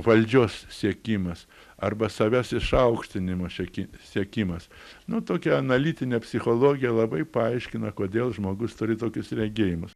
valdžios siekimas arba savęs išaukštinimo šieki siekimas nu tokia analitinė psichologija labai paaiškina kodėl žmogus turi tokius regėjimus